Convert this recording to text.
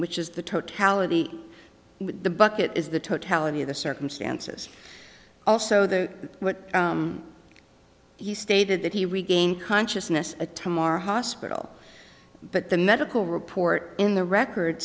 which is the totality the bucket is the totality of the circumstances also the what he stated that he regained consciousness a time our hospital but the medical report in the record